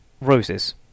Roses